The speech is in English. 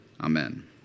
Amen